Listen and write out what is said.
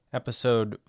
episode